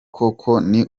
ukuri